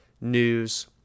news